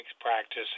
practice